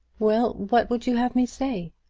well what would you have me say?